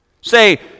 Say